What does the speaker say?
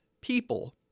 people